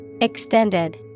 Extended